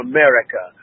America